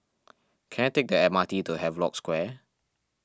can I take the M R T to Havelock Square